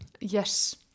Yes